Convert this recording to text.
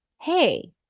hey